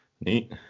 Neat